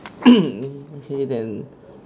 okay then